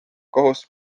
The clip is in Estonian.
kohus